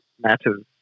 matters